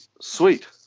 Sweet